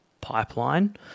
pipeline